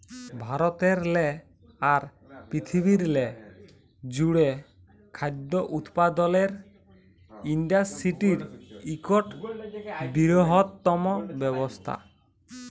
ভারতেরলে আর পিরথিবিরলে জ্যুড়ে খাদ্য উৎপাদলের ইন্ডাসটিরি ইকট বিরহত্তম ব্যবসা